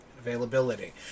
Availability